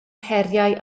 heriau